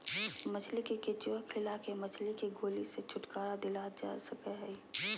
मछली के केंचुआ खिला के मछली के गोली से छुटकारा दिलाल जा सकई हई